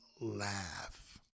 laugh